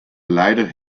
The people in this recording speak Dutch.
leider